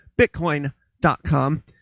bitcoin.com